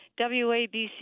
WABC